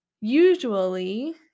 usually